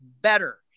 better